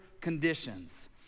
conditions